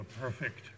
perfect